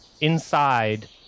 inside